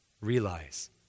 realize